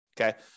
okay